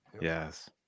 Yes